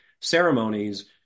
ceremonies